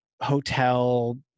hotel